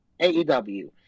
aew